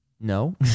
no